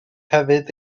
hefyd